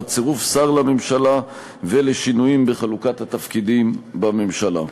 צירוף שר לממשלה ולשינויים בחלוקת התפקידים בממשלה.